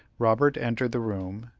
robert entered the room,